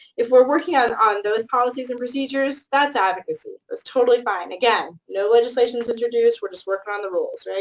if we're working on on those policies and procedures, that's advocacy. that's totally fine. again, no legislation is introduced. we're just working on the rules, right?